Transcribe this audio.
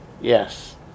Yes